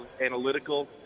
analytical